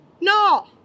no